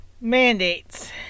mandates